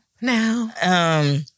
Now